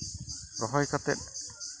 ᱨᱚᱦᱚᱭ ᱠᱟᱛᱮᱫ